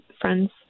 friend's